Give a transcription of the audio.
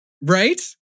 Right